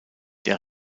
der